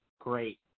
great